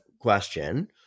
question